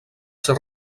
ser